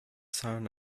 son